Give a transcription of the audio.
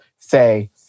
say